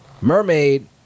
mermaid